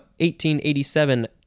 1887